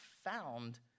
found